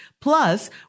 plus